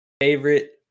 favorite